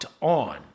On